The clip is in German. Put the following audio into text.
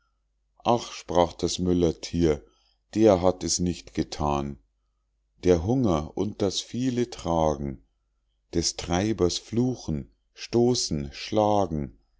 ach sprach das müllerthier der hat es nicht gethan der hunger und das viele tragen des treibers fluchen stoßen schlagen